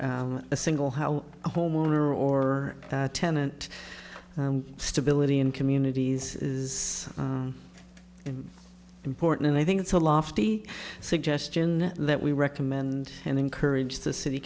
they're a single how a homeowner or tenant stability in communities is important and i think it's a lofty suggestion that we recommend and encourage the city